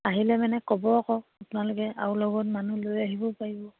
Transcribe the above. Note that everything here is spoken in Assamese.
আহিলে মানে ক'ব আকৌ আপোনালোকে আৰু লগত মানুহ লৈ আহিবও পাৰিব